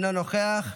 אינו נוכח,